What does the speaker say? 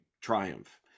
triumph